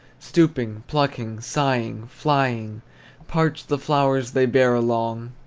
stooping, plucking, sighing, flying parched the flowers they bear along.